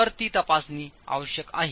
तर ती तपासणी आवश्यक आहे